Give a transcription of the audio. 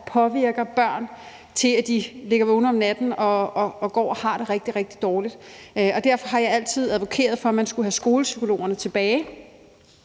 påvirker børn, så de ligger vågne om natten og om dagen går og har det rigtig, rigtig dårligt. Derfor har jeg altid advokeret for, at man skulle have skolepsykologerne tilbage